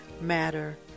matter